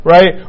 Right